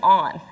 on